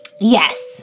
Yes